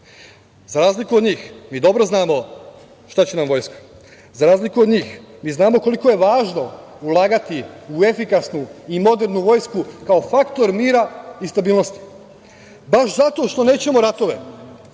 Za razliku od njih, mi dobro znamo šta će nam vojska. Za razliku od njih, mi znamo koliko je važno ulagati u efikasnu i modernu vojsku kao faktor mira i stabilnosti? Baš zato što nećemo ratove,